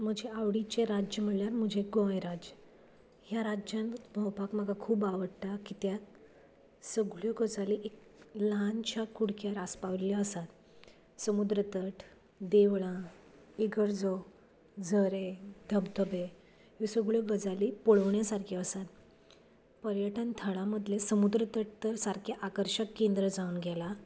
म्हजें आवडीचें राज्य म्हणल्यार म्हजें गोंय राज्य ह्या राज्यांत भोंवपाक म्हाका खूब आवडटा कित्याक सगळ्यो गजाली एक ल्हानशां कुडक्यार आस्पाविल्यो आसात समुद्र तट देवळां इगर्जो झरें धबधबे ह्यो सगळ्यो गजाली पळोवण्यो सारक्यो आसात पर्यटन थळां मदलें समुद्र तट तर सारकें आर्कशक केंद्र जावन गेला